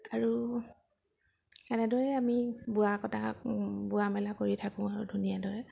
আৰু এনেদৰে আমি বোৱা কটা বোৱা মেলা কৰি থাকোঁ আৰু ধুনীয়া দৰে